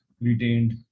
retained